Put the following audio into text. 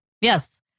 Yes